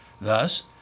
Thus